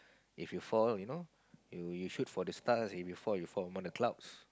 if you fall you know you you shoot for the stars if you fall you fall on the clouds